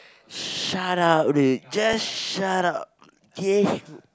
shut up dude just shut up K